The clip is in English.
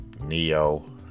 Neo